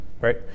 right